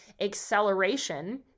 acceleration